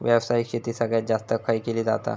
व्यावसायिक शेती सगळ्यात जास्त खय केली जाता?